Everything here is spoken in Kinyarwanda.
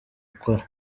ukora